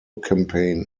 campaign